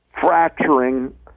fracturing